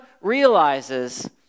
realizes